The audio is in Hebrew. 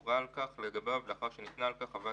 הורה כך לגביו לאחר שניתנה על כך חוות